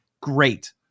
Great